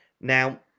now